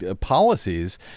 policies